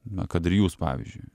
na kad ir jūs pavyzdžiui